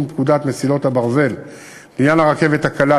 פקודת מסילות הברזל בעניין הרכבת הקלה,